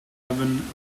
hebben